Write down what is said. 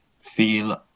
feel